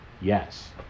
Yes